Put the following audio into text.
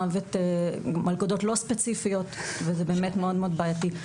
זה מלכודות לא ספציפיות וזה באמת מאוד בעייתי.